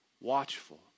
watchful